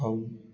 ହଉ